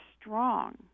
strong